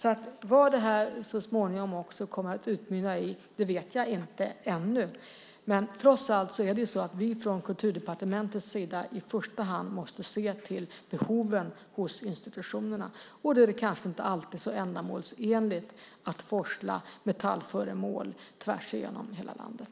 Vad detta så småningom kommer att utmynna i vet jag inte ännu, men trots allt måste vi från Kulturdepartementets sida i första hand se till behoven hos institutionerna, och då är det kanske inte alltid så ändamålsenligt att forsla metallföremål tvärs igenom hela landet.